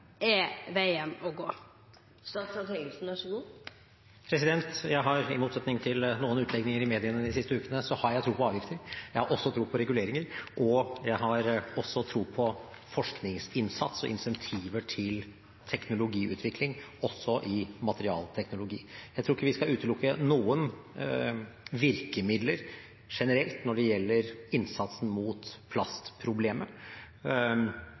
er veien å gå? Jeg har, i motsetning til noen utlegninger i mediene de siste ukene, tro på avgifter. Jeg har også tro på reguleringer, og jeg har også tro på forskningsinnsats og incentiver til teknologiutvikling også i materialteknologi. Jeg tror ikke vi skal utelukke noen virkemidler generelt når det gjelder innsatsen mot plastproblemet,